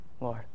Lord